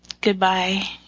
Goodbye